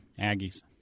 Aggies